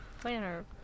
Planner